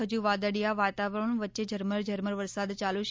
હજુ વાદળિયા વાતાવરણ વચ્ચે ઝરમર ઝરમર વરસાદ ચાલુ છે